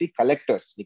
collectors